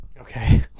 Okay